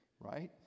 Right